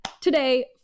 today